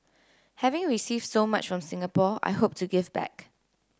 having received so much from Singapore I hope to give back